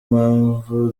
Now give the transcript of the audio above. mpamvu